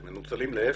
להפך.